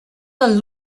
del